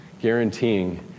guaranteeing